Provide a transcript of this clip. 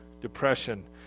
depression